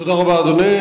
תודה רבה, אדוני.